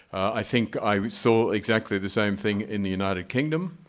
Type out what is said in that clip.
i think i saw exactly the same thing in the united kingdom.